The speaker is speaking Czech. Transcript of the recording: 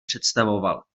představoval